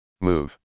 Move